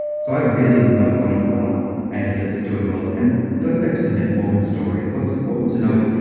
so i really know my body well and if it's doing well. and going back to the metformin story what's important to know is